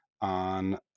on